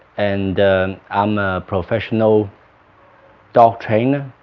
and i'm a professional dog trainer